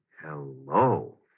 hello